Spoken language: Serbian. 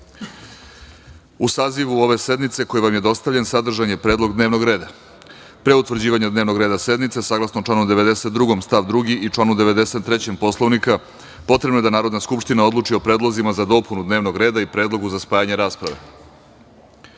sazivu ove sednice koji vam je dostavljen sadržan je Predlog dnevnog reda. Pre utvrđivanja dnevnog reda sednice, saglasno članu 92. stav 2. i članu 93. Poslovnika, potrebno je da Narodna skupština odluči o predlozima za dopunu dnevnog reda i predlogu za spajanje rasprave. Narodni